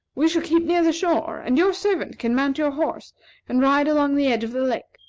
we shall keep near the shore, and your servant can mount your horse and ride along the edge of the lake.